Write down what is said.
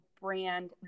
brand